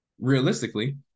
realistically